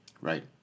Right